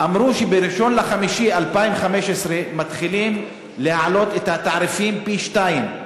אמרו שב-1 במאי 2015 מתחילים להעלות את התעריפים פי-שניים.